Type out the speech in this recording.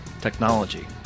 Technology